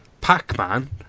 Pac-Man